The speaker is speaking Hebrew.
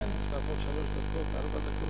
כן, יש לך עוד שלוש דקות, ארבע דקות.